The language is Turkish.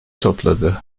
topladı